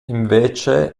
invece